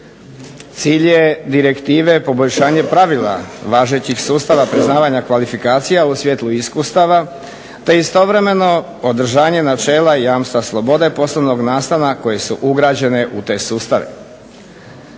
Cilj je direktive poboljšanje pravila važećih sustava priznavanja kvalifikacija u svjetlu iskustava, te istovremeno održanje načela jamstva slobode, poslovnog nastana koje su ugrađene u te sustave.